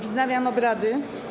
Wznawiam obrady.